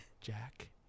Jack